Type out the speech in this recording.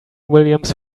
williams